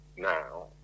now